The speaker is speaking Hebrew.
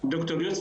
ד"ר יוסף,